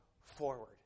forward